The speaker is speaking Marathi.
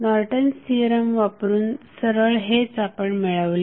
नॉर्टन्स थिअरम वापरून सरळ हेच आपण मिळवले